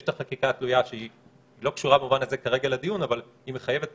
יש את החקיקה התלויה שלא קשורה במובן הזה כרגע לדיון אבל היא מחייבת,